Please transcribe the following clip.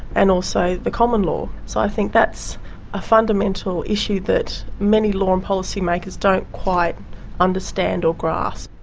and also the common law, so i think that's a fundamental issue that many law and policy makers don't quite understand or grasp.